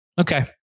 okay